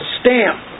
stamp